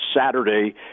Saturday